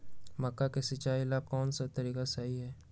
मक्का के सिचाई ला कौन सा तरीका सही है?